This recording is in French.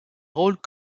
rôles